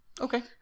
Okay